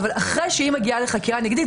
אבל אחרי שהיא מגיעה לחקירה נגדית,